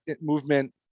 movement